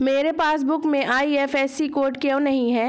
मेरे पासबुक में IFSC code क्यो नहीं है?